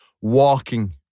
walking